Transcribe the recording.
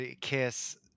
kiss